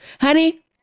honey